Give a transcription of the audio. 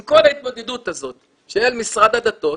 עם כל ההתמודדות הזאת של משרד הדתות,